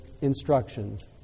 instructions